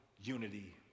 unity